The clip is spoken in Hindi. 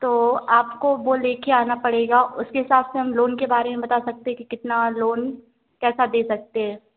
तो आपको वो लेके आना पड़ेगा उसके हिसाब से हम लोन के बारे में बता सकते हैं कि कितना लोन कैसा दे सकते हैं